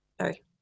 sorry